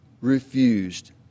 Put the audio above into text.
refused